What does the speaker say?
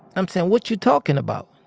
i'm saying, what you talking about?